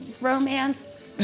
romance